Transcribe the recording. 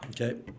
Okay